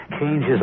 changes